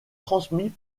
transmis